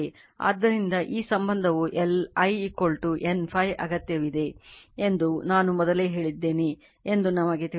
ಆದ್ದರಿಂದ ಈ ಸಂಬಂಧವು L I N Φ ಅಗತ್ಯವಿದೆ ಎಂದು ನಾನು ಮೊದಲೇ ಹೇಳಿದ್ದೇನೆ ಎಂದು ನಮಗೆ ತಿಳಿದಿದೆ